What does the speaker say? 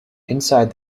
inside